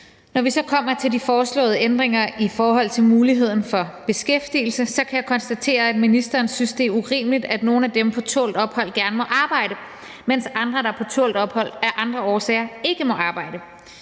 Når vi så kommer til de foreslåede ændringer i forhold til muligheden for beskæftigelse, kan jeg konstatere, at ministeren synes, at det er urimeligt, at nogle af dem på tålt ophold gerne må arbejde, mens andre, der er på tålt ophold af andre årsager, ikke må arbejde.